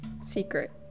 secret